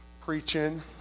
preaching